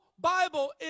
Bible